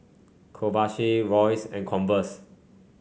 Kobayashi Royce and Converse